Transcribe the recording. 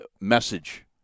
message